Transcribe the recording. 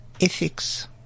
ethics